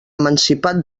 emancipat